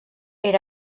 era